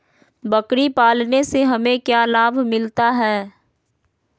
बकरी पालने से हमें क्या लाभ मिलता है?